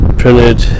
printed